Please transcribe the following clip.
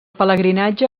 pelegrinatge